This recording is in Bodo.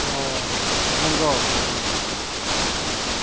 अ नंगौ अ